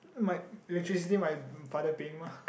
my which is usually my father paying mah